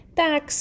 tak